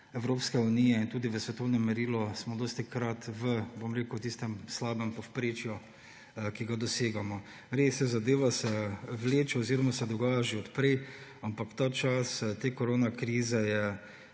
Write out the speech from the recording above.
Evropske unije in tudi v svetovnem merilu smo dostikrat v tistem slabem povprečju, ki ga dosegamo. Res, zadeva se vleče oziroma se je dogajala že od prej, ampak v tem času koronakrize je